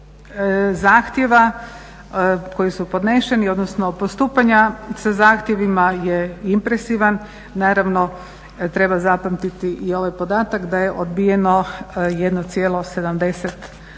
zahtjeva koji su podneseni, odnosno postupanja sa zahtjevima je impresivan. Naravno treba zapamtiti i ovaj podatak da je odbijeno 1,70%